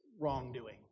wrongdoing